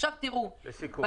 לסיכום.